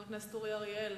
חבר הכנסת אורי אריאל,